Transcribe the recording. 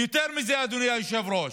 ויותר מזה, אדוני היושב-ראש,